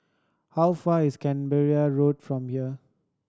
how far is Canberra Road from here